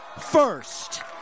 first